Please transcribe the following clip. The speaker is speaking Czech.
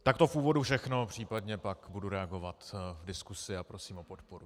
Tak to je v úvodu všechno, případně pak budu reagovat v diskusi a prosím o podporu.